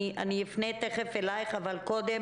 אני תכף אפנה אלייך אבל קודם